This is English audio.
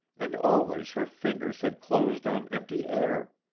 and always her fingers had closed on empty air.